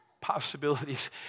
possibilities